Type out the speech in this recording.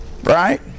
Right